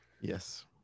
Yes